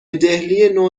دهلینو